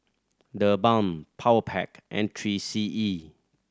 TheBalm Powerpac and Three C E